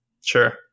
Sure